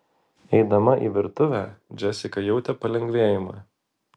eidama į virtuvę džesika jautė palengvėjimą